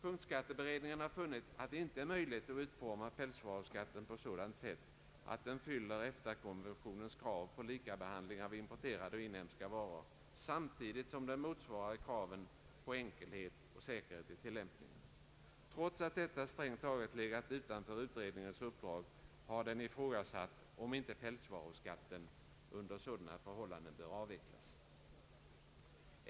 Punktskatteutredningen har funnit att det inte är möjligt att utforma pälsvaruskatten på sådant sätt att den fyller EFTA-konventionens krav på likabehandling av importerade och inhemska varor samtidigt som den motsvarar kraven på enkelhet och säkerhet i tillämpningen. Trots att detta strängt taget 1egat utanför utredningens uppdrag har den ifrågasatt, om inte pälsvaruskatten under dessa förhållanden bör avvecklas.